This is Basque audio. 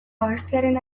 abestiaren